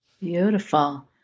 Beautiful